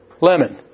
lemon